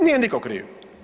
Nije niko kriv.